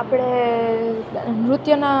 આપણે નૃત્યના